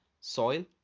soil